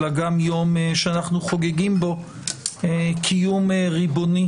אלא גם יום שאנחנו חוגגים בו קיום ריבוני